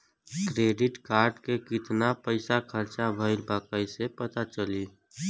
Credit card के कितना पइसा खर्चा भईल बा कैसे पता चली?